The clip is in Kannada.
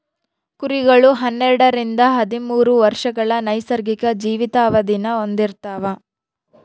ಕುರಿಗಳು ಹನ್ನೆರಡರಿಂದ ಹದಿಮೂರು ವರ್ಷಗಳ ನೈಸರ್ಗಿಕ ಜೀವಿತಾವಧಿನ ಹೊಂದಿರ್ತವ